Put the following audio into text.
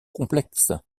complexes